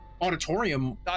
auditorium